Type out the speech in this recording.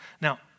Now